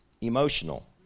emotional